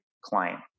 client